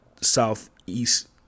southeast